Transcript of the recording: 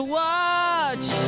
watch